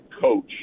coach